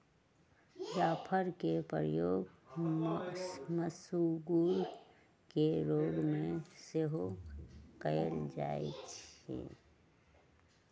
जाफरके प्रयोग मसगुर के रोग में सेहो कयल जाइ छइ